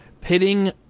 pitting